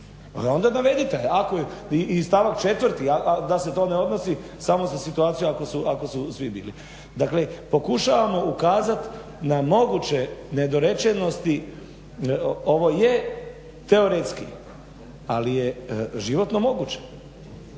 Onda navedite i stavak četvrti da se to ne odnosi samo na situaciju ako su svi bili. Dakle, pokušavamo ukazat na moguće nedorečenosti. Ovo je teoretski, ali je životno moguće.